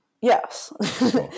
yes